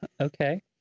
Okay